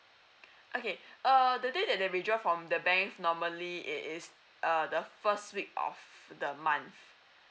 okay uh the day that they withdraw from the bank normally it is uh the first week of the month